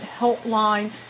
Helpline